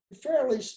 fairly